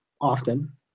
often